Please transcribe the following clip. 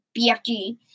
BFG